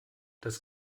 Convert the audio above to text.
das